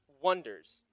wonders